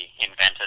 invented